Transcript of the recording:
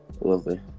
Lovely